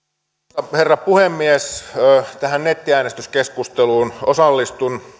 arvoisa herra puhemies osallistun tähän nettiäänestyskeskusteluun